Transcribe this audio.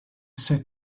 said